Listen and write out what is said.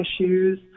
issues